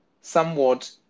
somewhat